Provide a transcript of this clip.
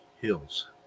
Hills